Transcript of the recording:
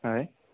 হয়